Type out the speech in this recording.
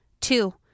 Two